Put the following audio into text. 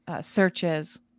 searches